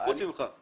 חוץ ממך.